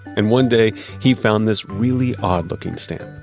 and one day he found this really odd looking stamp,